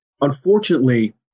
unfortunately